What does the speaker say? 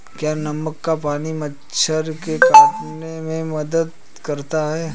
क्या नमक का पानी मच्छर के काटने में मदद करता है?